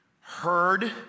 heard